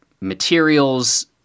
materials